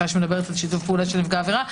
שמדברת על שיתוף פעולה של נפגע עבירה.